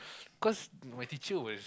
cause my teacher was